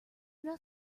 not